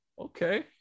okay